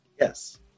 Yes